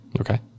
Okay